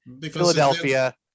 philadelphia